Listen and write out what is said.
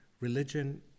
Religion